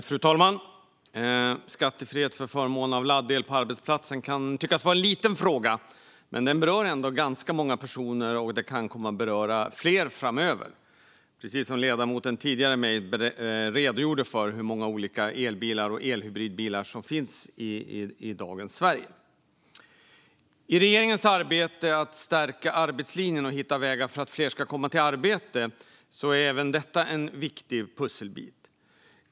Fru talman! Skattefrihet för förmån av laddel på arbetsplatsen kan tyckas vara en liten fråga, men den berör ändå ganska många personer och kan komma att beröra fler framöver; ledamoten före mig redogjorde för hur många olika elbilar och elhybridbilar som finns i dagens Sverige. I regeringens arbete för att stärka arbetslinjen och hitta vägar för att fler ska komma i arbete är även detta en viktig pusselbit.